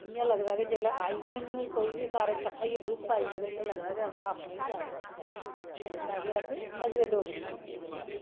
इ''यां लगदा के जेल्लै आई गे न सारा कट्ठा गै ग्रुप आई जा ते इयां लग'दा है के सारी गै अपनी फैंमली नच्चै दी ऐ नच्चना केह् ऐ अस नचदे डोगरी च गै एह् सारे